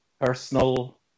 personal